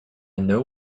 know